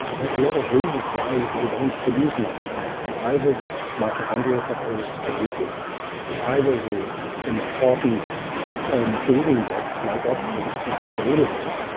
have a lot of reasons why they don't produce enough energy. either the mitochondria is not able to produce it whether the important building blocks like oxygen is not available